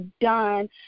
done